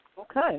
Okay